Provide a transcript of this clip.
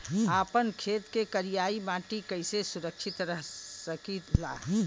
आपन खेत के करियाई माटी के कइसे सुरक्षित रख सकी ला?